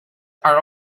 are